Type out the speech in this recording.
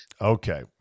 Okay